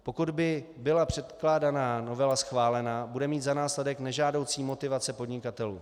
Pokud by byla předkládaná novela schválená, bude mít za následek nežádoucí motivace podnikatelů.